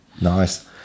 Nice